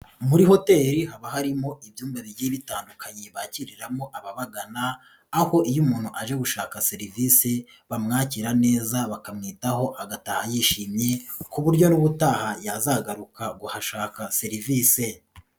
Muri hoteli haba harimo ibyumba bigiye bitandukanye bakiriramo ababagana aho iyo umuntu aje gushaka serivisi bamwakira neza bakamwitaho agataha yishimiye ku buryo n'ubutaha yazagaruka kuhashaka serivisi.